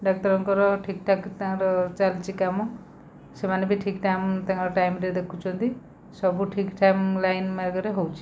ଡାକ୍ତରଙ୍କର ଠିକ୍ ଠାକ୍ ତାଙ୍କର ଚାଲିଛି କାମ ସେମାନେ ବି ଠିକ୍ ଟାଇମ୍ ତାଙ୍କର ଟାଇମ୍ ରେ ଦେଖୁଛନ୍ତି ସବୁ ଠିକ୍ ଟାଇମ୍ ଲାଇନ୍ ମାର୍ଗରେ ହଉଛି